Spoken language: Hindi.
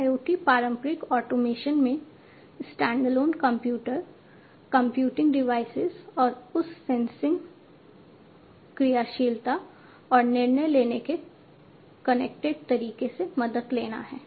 IIoT पारंपरिक ऑटोमेशन में स्टैंडअलोन कंप्यूटर कंप्यूटिंग डिवाइसेस और उस सेंसिंग क्रियाशीलता और निर्णय लेने के कनेक्टेड तरीके से मदद लेना है